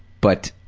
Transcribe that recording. but